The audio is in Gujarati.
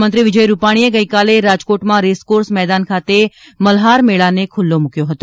મુખ્યમંત્રી વિજય રૂપાણીએ ગઇકાલે રાજકોટમાં રેસકોર્સ મેદાન ખાતે મલ્હાર મેળાને ખુલ્લો મૂક્યો હતો